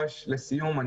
לסיום,